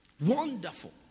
wonderful